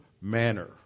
manner